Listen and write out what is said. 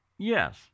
Yes